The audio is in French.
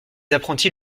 apprentis